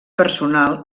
personal